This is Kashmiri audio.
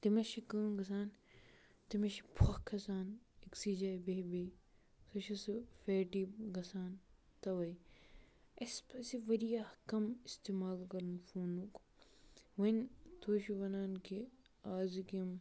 تٔمِس چھِ کٲم گژھان تٔمِس چھِ پھۄکھ کھَسان أکۍسٕے جایہِ بِہہ بِہہ سُہ چھِ سُہ فیٹی گژھان تَوَے اَسہِ پَزِ واریاہ کَم استعمال کَرُن فونُک وۄنۍ تُہۍ چھُو وَنان کہِ آزٕکۍ یِم